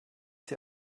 sie